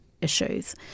Issues